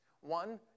One